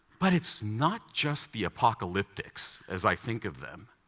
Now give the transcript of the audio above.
but it's not just the apocalyptics, as i think of them,